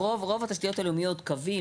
ברוב התשתיות הלאומיות קווי,